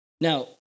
Now